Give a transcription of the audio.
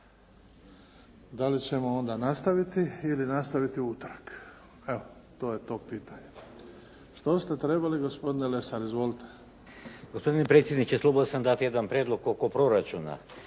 Da li ćemo onda nastaviti ili nastaviti u utorak? Evo, to je to pitanje. Što ste trebali gospodine Lesar? Izvolite. **Lesar, Dragutin (Nezavisni)** Gospodine predsjedniče, slobodan sam dati jedan prijedlog oko proračuna.